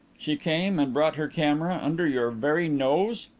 she came, and brought her camera under your very nose!